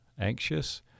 anxious